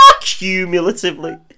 cumulatively